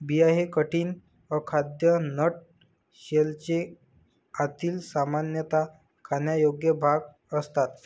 बिया हे कठीण, अखाद्य नट शेलचे आतील, सामान्यतः खाण्यायोग्य भाग असतात